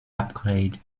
upgrade